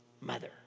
mother